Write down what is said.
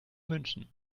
münchen